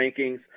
rankings